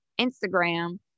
Instagram